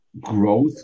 growth